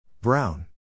Brown